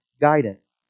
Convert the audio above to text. guidance